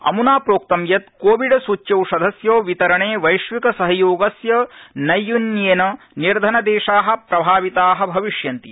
अमना प्रोक्त यत् कोविड सूच्यौषधस्य वितरणे वैश्विक सहयोगस्य नैयून्येन निर्धन देशा प्रभाविता भविष्यन्ति